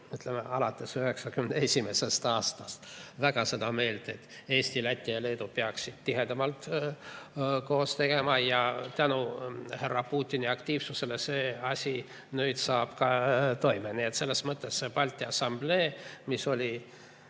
ütleme, alates 1991. aastast väga seda meelt, et Eesti, Läti ja Leedu peaksid tihedamalt koostööd tegema, ja tänu härra Putini aktiivsusele saab see asi nüüd ka toime. Nii et selles mõttes see Balti Assamblee, mis oli